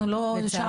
אנחנו לא שם.